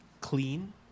clean